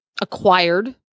acquired